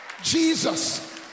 jesus